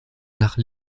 nach